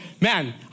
man